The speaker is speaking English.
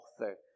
author